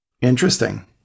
Interesting